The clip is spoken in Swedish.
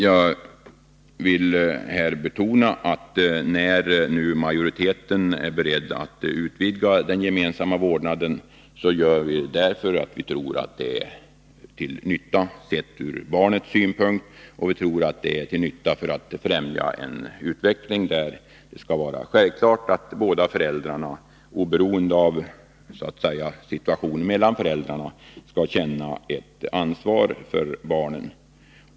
Jag vill betona att majoriteten är beredd att utvidga den gemensamma vårdnaden därför att vi tror att det är till nytta ur barnets synvinkel och till nytta för en utveckling mot att det skall vara självklart att båda föräldrarna — oavsett förhållandet mellan föräldrarna — känner ett ansvar för barnen.